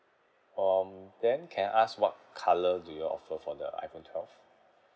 um then can I ask what colour do you all offer for the iPhone twelve